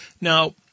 Now